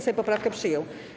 Sejm poprawkę przyjął.